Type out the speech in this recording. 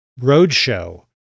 roadshow